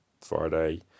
Friday